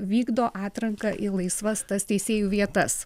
vykdo atranką į laisvas tas teisėjų vietas